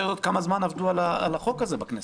יודעות כמה זמן עבדו על החוק הזה בכנסת.